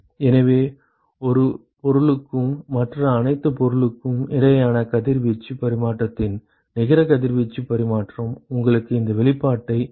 எனவே 1 பொருளுக்கும் மற்ற அனைத்து பொருட்களுக்கும் இடையிலான கதிர்வீச்சு பரிமாற்றத்தின் நிகர கதிர்வீச்சு பரிமாற்றம் உங்களுக்கு இந்த வெளிப்பாட்டைக் கொடுக்கும்